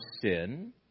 sin